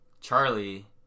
Charlie